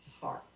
heart